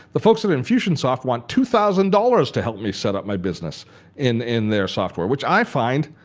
the folks at infusionsoft want two thousand dollars to help me setup my business in in their software which i find